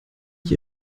ich